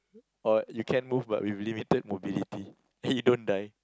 or you can move but with limited mobility and you don't die